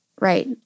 right